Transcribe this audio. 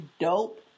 dope